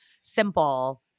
simple